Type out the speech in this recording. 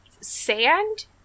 sand